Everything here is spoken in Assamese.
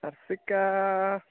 আট্ৰিকা